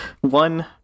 one